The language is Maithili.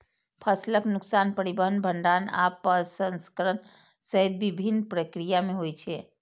फसलक नुकसान परिवहन, भंंडारण आ प्रसंस्करण सहित विभिन्न प्रक्रिया मे होइ छै